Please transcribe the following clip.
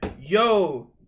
Yo